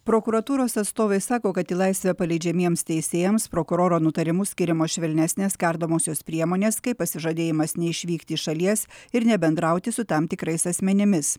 prokuratūros atstovai sako kad į laisvę paleidžiamiems teisėjams prokuroro nutarimu skiriamos švelnesnės kardomosios priemonės kaip pasižadėjimas neišvykti iš šalies ir nebendrauti su tam tikrais asmenimis